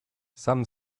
some